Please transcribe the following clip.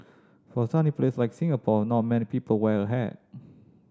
for sunny place like Singapore not many people wear a hat